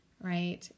right